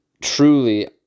Truly